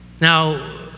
Now